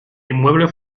inmueble